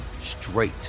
straight